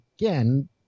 again